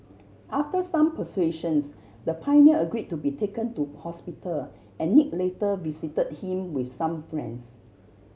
after some persuasions the pioneer agreed to be taken to hospital and Nick later visited him with some friends